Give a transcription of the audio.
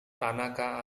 tanaka